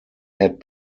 had